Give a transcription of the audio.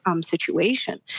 situation